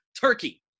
Turkey